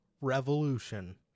revolution